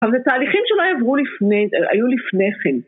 אבל זה תהליכים שלא עברו לפני, היו לפניכן.